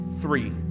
three